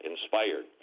Inspired